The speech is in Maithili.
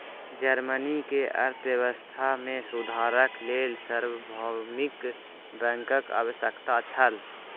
जर्मनी के अर्थव्यवस्था मे सुधारक लेल सार्वभौमिक बैंकक आवश्यकता छल